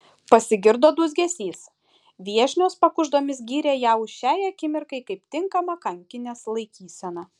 pasigirdo dūzgesys viešnios pakuždomis gyrė ją už šiai akimirkai taip tinkamą kankinės laikyseną